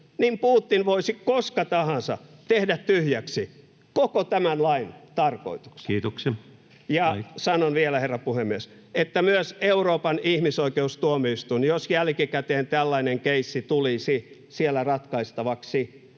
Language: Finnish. niin Putin voisi koska tahansa tehdä tyhjäksi koko tämän lain tarkoituksen. [Puhemies: Kiitoksia! Aika!] Ja sanon vielä, herra puhemies, että myös Euroopan ihmisoikeustuomioistuin, jos jälkikäteen tällainen keissi tulisi siellä ratkaistavaksi,